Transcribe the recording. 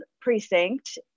precinct